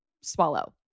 swallow